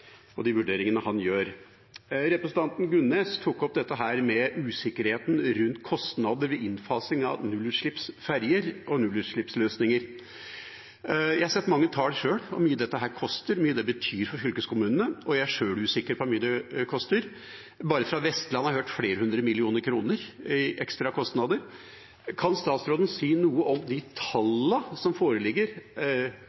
og de vurderingene han gjør. Representanten Gunnes tok opp dette med usikkerheten rundt kostnader ved innfasing av nullutslippsferjer og nullutslippsløsninger. Jeg har sjøl sett mange tall på hvor mye dette koster, hvor mye det betyr for fylkeskommunene, og jeg er sjøl usikker på hvor mye det koster – bare fra Vestlandet har jeg hørt flere hundre millioner kroner i ekstra kostnader. Kan statsråden si noe om de